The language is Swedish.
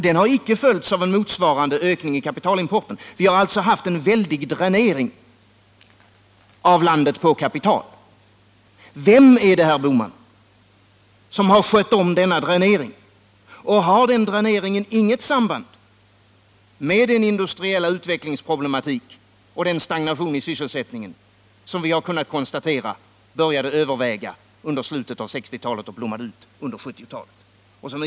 Den har icke följts av en motsvarande ökning i kapitalimporten. Vi har alltså haft en väldig dränering av landet på kapital. Vem är det, herr Bohman, som har skött om denna dränering? Har den dräneringen inget samband med den industriella utvecklingsproblematik och den stagnation i sysselsättningen som vi har kunnat konstatera började överväga under slutet av 1960-talet och blommade ut under 1970-talet?